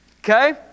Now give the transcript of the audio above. Okay